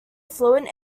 fluent